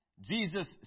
Jesus